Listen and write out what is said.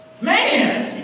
Man